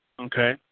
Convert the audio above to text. okay